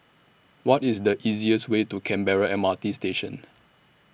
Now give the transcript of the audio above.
What IS The easiest Way to Canberra M R T Station